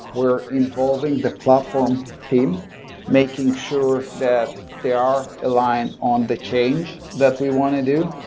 we're involving the platform team making sure that they are aligned on the change that we want to do,